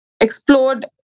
explored